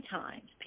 times